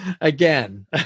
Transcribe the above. again